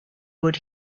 would